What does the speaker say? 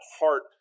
heart